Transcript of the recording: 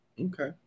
Okay